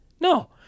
no